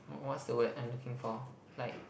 what what's the word I'm looking for like